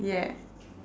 yeah